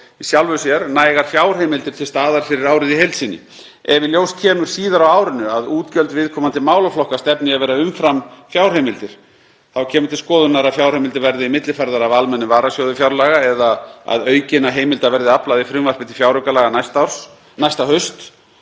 sjálfu sér nægar fjárheimildir til staðar fyrir árið í heild sinni. Ef í ljós kemur síðar á árinu að útgjöld viðkomandi málaflokka stefni í að verða umfram fjárheimildir kemur til skoðunar að fjárheimildir verði millifærðar af almennum varasjóði fjárlaga eða að aukinna heimilda verði aflað í frumvarpi til fjáraukalaga næsta haust